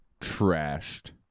Trashed